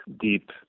deep